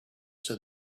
said